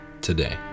today